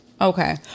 okay